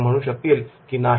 ते म्हणू शकतील की 'नाही